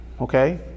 okay